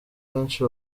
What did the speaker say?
benshi